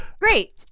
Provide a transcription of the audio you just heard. Great